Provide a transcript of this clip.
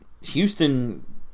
Houston